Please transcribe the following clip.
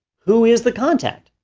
who is the contact?